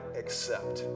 accept